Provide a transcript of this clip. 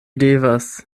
devas